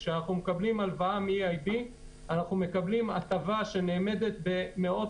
כשאנחנו מקבלים הלוואה מ-EIB אנחנו מקבלים הטבה שנאמדת במאות